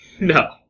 No